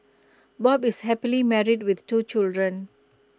bob is happily married with two children